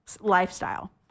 lifestyle